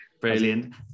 Brilliant